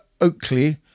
Oakley